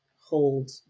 hold